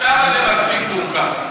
שם זה מספיק מורכב.